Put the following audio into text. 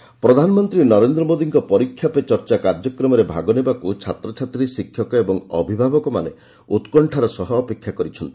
ପରୀକ୍ଷା ପେ ଚର୍ଚ୍ଚା ପ୍ରଧାନମନ୍ତ୍ରୀ ନରେନ୍ଦ୍ର ମୋଦୀଙ୍କ 'ପରୀକ୍ଷା ପେ ଚର୍ଚ୍ଚା' କାର୍ଯ୍ୟକ୍ରମରେ ଭାଗ ନେବାକୁ ଛାତ୍ରଛାତ୍ରୀ ଶିକ୍ଷକ ଓ ଅଭିଭାବକମାନେ ଉତ୍କଣ୍ଠାର ସହ ଅପେକ୍ଷା କରିଛନ୍ତି